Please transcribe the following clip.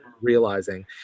realizing